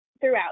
throughout